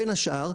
בין השאר,